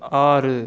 ஆறு